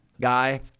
guy